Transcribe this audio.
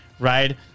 right